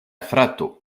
frato